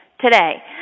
Today